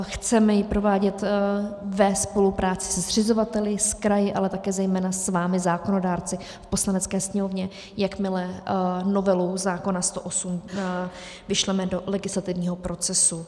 Chceme ji provádět ve spolupráci se zřizovateli, s kraji, ale také zejména s vámi zákonodárci v Poslanecké sněmovně, jakmile novelu zákona 108 vyšleme do legislativního procesu.